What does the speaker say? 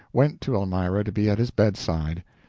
went to elmira to be at his bedside.